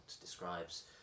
describes